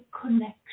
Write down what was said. connection